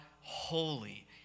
holy